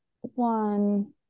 one